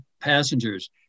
passengers